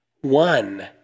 One